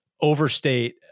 Overstate